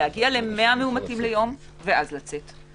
להגיע ל-100 מאומתים ליום ואז לצאת.